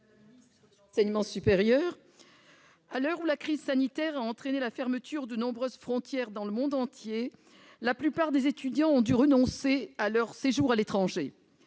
l'enseignement supérieur, à l'heure où la crise sanitaire a entraîné la fermeture de nombreuses frontières dans le monde entier, la plupart des étudiants ont dû renoncer à leur séjour à l'étranger.